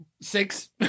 Six